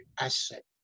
asset